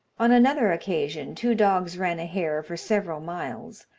on another occasion, two dogs ran a hare for several miles,